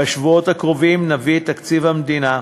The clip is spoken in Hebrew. בשבועות הקרובים נביא את תקציב המדינה,